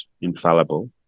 infallible